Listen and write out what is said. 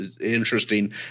Interesting